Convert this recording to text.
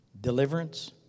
Deliverance